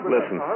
Listen